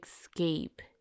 Escape